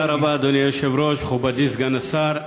אדוני היושב-ראש, תודה רבה, מכובדי סגן השר,